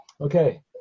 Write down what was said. okay